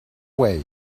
way